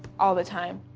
all the time.